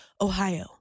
Ohio